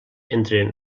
entre